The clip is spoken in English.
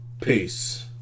Peace